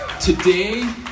Today